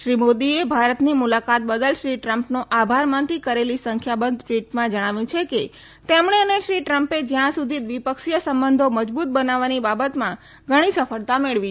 શ્રી મોદીએ ભારતની મુલાકાત બદલ શ્રી ટ્રમ્પનો આભાર માનતી કરેલી સંખ્યાબંધ ટ્વીટમાં જણાવ્યું છે કે તેમણે અને શ્રી ટ્રમ્પે જ્યાં સુધી દ્વિપક્ષીય સંબંધો મજબુત બનાવવાની બાબતમાં ઘણી સફળતા મેળવી છે